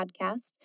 Podcast